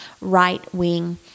right-wing